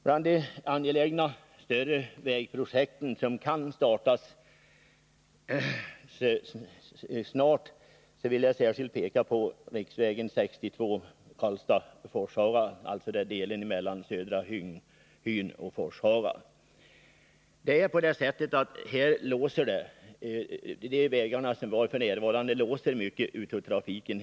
Bland de angelägna större vägprojekt som snart kan startas vill jag särskilt peka på ett som rör riksväg 62, sträckan Karlstad-Forshaga och närmare bestämt den del av vägen som går mellan Södra Hyn och Forshaga. De vägar vi nu har där låser mycket av trafiken.